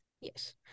Yes